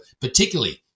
particularly